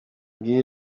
ngiyi